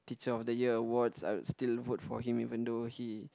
teacher of the year awards I would still vote for him even though he